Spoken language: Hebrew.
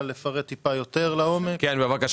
כגון תחבורה ציבורית ונופש